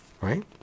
right